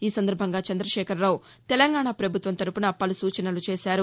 ఈ సందర్భంగా చంద్రదేఖర్రావు తెలంగాణా ప్రభుత్వం తరఫున పలు సూచనలు చేశారు